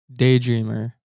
daydreamer